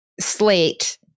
slate